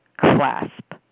clasp